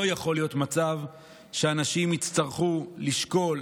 לא יכול להיות מצב שאנשים יצטרכו לשקול,